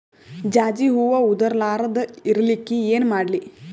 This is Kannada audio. ಜಾಜಿ ಹೂವ ಉದರ್ ಲಾರದ ಇರಲಿಕ್ಕಿ ಏನ ಮಾಡ್ಲಿ?